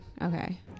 Okay